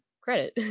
credit